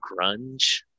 grunge